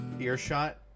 earshot